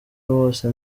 wose